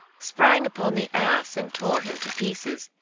sprang upon the ass and tore him to pieces.